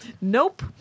Nope